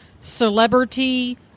celebrity